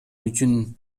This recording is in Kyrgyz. үчүн